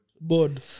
Board